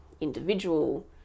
individual